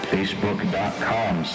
Facebook.com